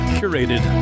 curated